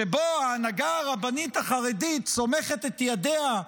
שבו ההנהגה הרבנית החרדית סומכת את ידיה,